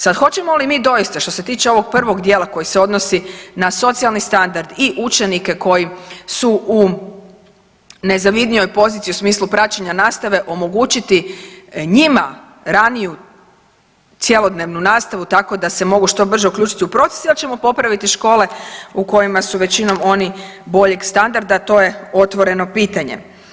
Sad hoćemo li mi doista što se tiče ovog prvog dijela koji se odnosi na socijalni standard i učenike koji su u nezavidnijoj poziciji u smislu praćenja nastave omogućiti njima raniju cjelodnevnu nastavu tako da se mogu što brže uključiti u proces jer ćemo popraviti škole u kojima su većinom oni boljeg standarda, a to je otvoreno pitanje.